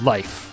Life